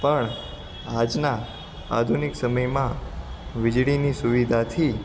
પણ આજના આધુનિક સમયમાં વીજળીની સુવિધાથી